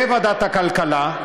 בוועדת הכלכלה.